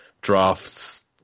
drafts